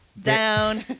Down